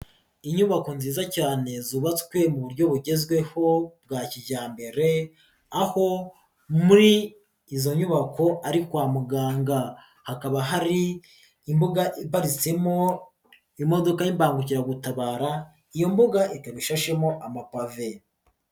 Inyubako nziza cyane zubatswe mu buryo bugezweho bwa kijyambere, aho muri izo nyubako ari kwa muganga, hakaba hari imbuga iparitsemo imodoka y'imbangukiragutabara, iyo mbuga ishashemo amapave.